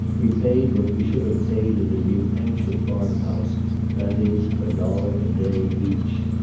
we paid what we should have paid at a new hampshire farm-house that is, a dollar a day each.